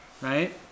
right